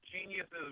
geniuses